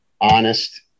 honest